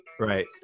right